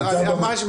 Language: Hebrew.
שנמצא במקום.